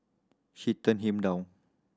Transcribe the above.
she turned him down